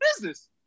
business